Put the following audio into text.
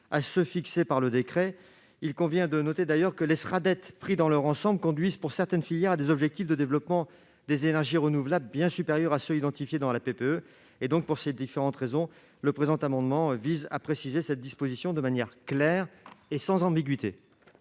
sont fixés dans le décret. Il convient de noter d'ailleurs que les Sraddet pris dans leur ensemble conduisent pour certaines filières à des objectifs de développement des énergies renouvelables bien supérieurs à ceux qui sont identifiés dans la PPE. Pour ces différentes raisons, le présent amendement vise à préciser ce point de manière claire et sans ambiguïté.